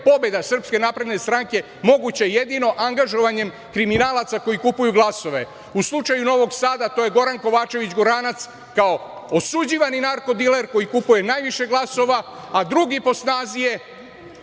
pobeda SNS moguća jedino angažovanjem kriminalaca koji kupuju glasove?U slučaju Novog Sada to je Goran Kovačević Goranac kao osuđivani narko-diler koji kupuje najviše glasova, a drugi po snazi je